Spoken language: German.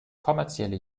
kommerzielle